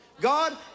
God